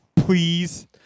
please